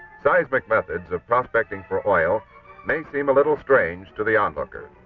seismic methods of prospecting for oil may seem a little strange to the onlooker.